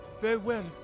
Farewell